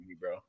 bro